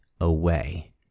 away